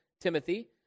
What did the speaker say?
Timothy